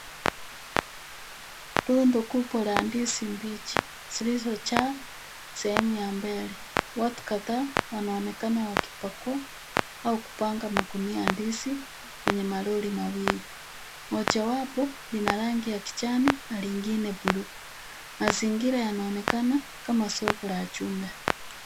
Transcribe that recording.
Rundo kubwa la ndizi mbichi zilizojaa sehemu ya mbele. Watu kadhaa wanaonekana wakipakua au kupanga magunia ya ndizi kwenye malori mawili, mojawapo lina rangi ya kijani na lingine bluu. Mazingira yanaonekana kama soko la jumla.